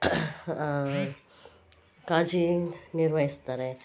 ಕಾಳಜಿ ನಿರ್ವಹಿಸ್ತಾರೆ